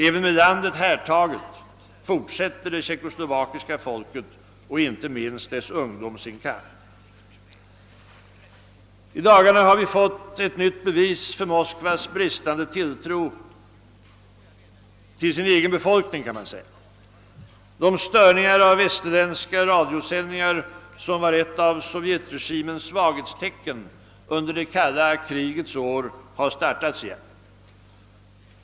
även med landet härtaget fortsätter det tjeckoslovakiska folket och inte minst dess ungdom sin kamp. I dagarna har vi fått ett nytt bevis för Moskvas bristande tilltro till sin egen befolkning. De störningar av västerländska radiosändare som var ett av sovjetregimens svaghetstecken under det kalla krigets år har åter startats.